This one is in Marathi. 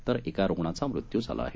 तर एका रुग्णाचा मृत्यू झाला आहे